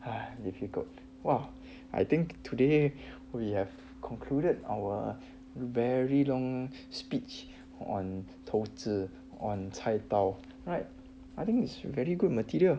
difficult !wah! I think today we have concluded our very long speech on 投资 on 菜刀 right I think it's very good material